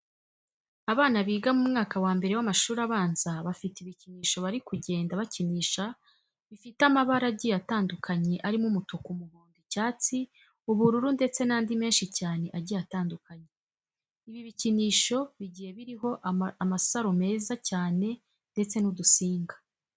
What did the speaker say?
Abana biga mu mwaka wa mbere w'amashuri abanza bafite ibikinisho bari kugenda bakinisha bifite amabara agiye atandukanye arimo umutuku, umuhondo, icyatsi, ubururu ndetse n'andi menshi cyane agiye atandukanye. Ibi bikinisho bigiye biriho amasaro meza cyane ndetse n'udusinga.